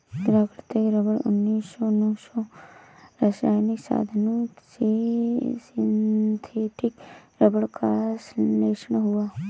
प्राकृतिक रबर उन्नीस सौ नौ में रासायनिक साधनों से सिंथेटिक रबर का संश्लेषण हुआ